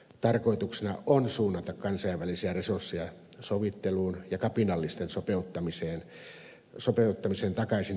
tarkoituksena on suunnata kansainvälisiä resursseja sovitteluun ja kapinallisten sopeuttamiseen takaisin yhteiskuntaan